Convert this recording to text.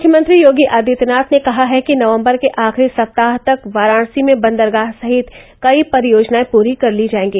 मुख्यमंत्री योगी आदित्यनाथ ने कहा है कि नवम्बर के आखिरी सप्ताह तक वाराणसी में बन्दरगाह संहित कई परियोजनायें पूरी कर ली जायेंगी